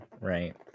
right